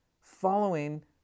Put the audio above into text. following